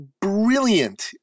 brilliant